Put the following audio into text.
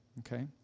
okay